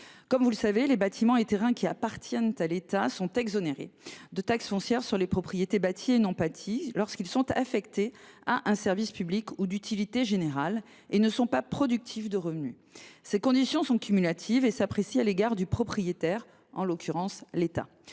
Comme vous le savez, les bâtiments et terrains qui appartiennent à l’État sont exonérés de taxe foncière sur les propriétés bâties et non bâties lorsqu’ils sont affectés à un service public, ou sont d’utilité générale, et ne produisent aucun revenu. Ces conditions sont cumulatives et s’apprécient à l’égard du propriétaire, en l’occurrence l’État.